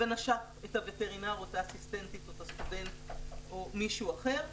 ונשך את הווטרינר או את האסיסטנטית או סטודנט או מישהו אחר.